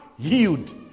healed